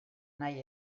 nahi